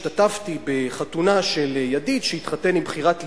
השתתפתי בחתונה של ידיד שהתחתן עם בחירת לבו,